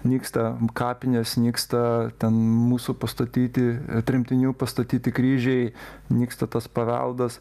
nyksta kapinės nyksta ten mūsų pastatyti tremtinių pastatyti kryžiai nyksta tas paveldas